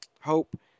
Hope